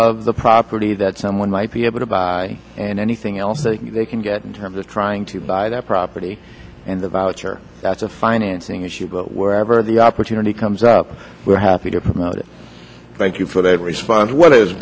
of the property that someone might be able to buy and anything else that they can get in terms of trying to buy that property and the voucher that's a financing issue but wherever the opportunity comes up we're happy to promote it thank you for that response what has